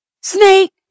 Snake